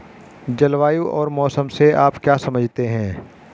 जलवायु और मौसम से आप क्या समझते हैं?